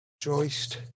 Joist